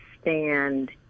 stand